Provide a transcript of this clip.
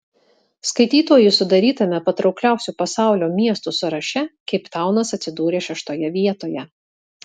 skaitytojų sudarytame patraukliausių pasaulio miestų sąraše keiptaunas atsidūrė šeštoje vietoje